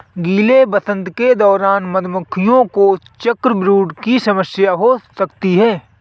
गीले वसंत के दौरान मधुमक्खियों को चॉकब्रूड की समस्या हो सकती है